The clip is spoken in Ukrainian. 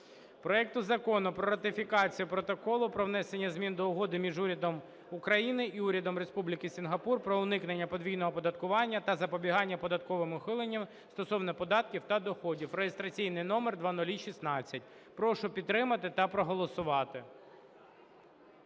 проекту Закону про ратифікацію Протоколу про внесення змін до Угоди між Урядом України і Урядом Республіки Сінгапур про уникнення подвійного оподаткування та запобігання податковим ухиленням стосовно податків на доходи (реєстраційний номер 0016). Прошу підтримати та проголосувати.